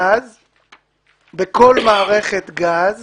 בכל מערכת גז